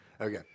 Okay